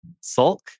sulk